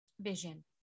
vision